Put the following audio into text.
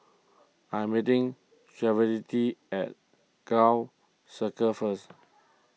I am meeting at Gul Circle first